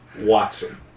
Watson